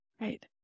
right